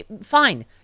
fine